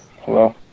Hello